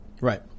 Right